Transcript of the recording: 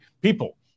people